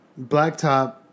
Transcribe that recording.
blacktop